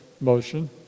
motion